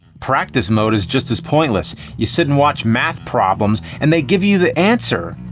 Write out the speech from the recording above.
practice mode is just as pointless. you sit and watch math problems, and they give you the answer.